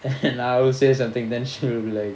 and I would say something then she'll be like